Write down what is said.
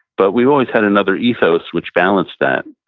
but we've always had another ethos which balanced that.